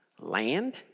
Land